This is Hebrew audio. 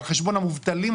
על חשבון המובטלים,